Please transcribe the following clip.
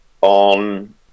on